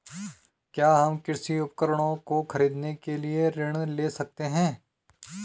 क्या हम कृषि उपकरणों को खरीदने के लिए ऋण ले सकते हैं?